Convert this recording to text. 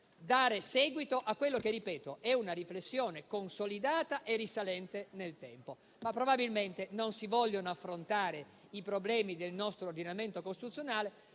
dare seguito a quella che - lo ripeto - è una riflessione consolidata e risalente nel tempo. Probabilmente, non si vogliono affrontare i problemi del nostro ordinamento costituzionale,